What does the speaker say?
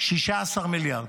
16 מיליארד,